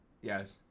Yes